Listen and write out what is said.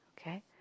Okay